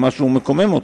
אם משהו מקומם אותך,